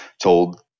told